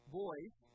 boys